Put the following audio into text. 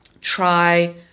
try